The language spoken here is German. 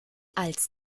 als